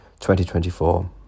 2024